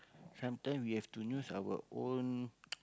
sometime we have to use our own